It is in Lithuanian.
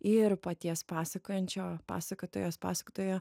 ir paties pasakojančio pasakotojos pasakotojo